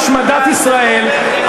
שיביאו להשמדת ישראל.